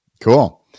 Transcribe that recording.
Cool